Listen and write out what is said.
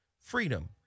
freedom